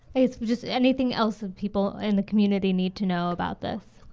it's just anything else that people in the community need to know about this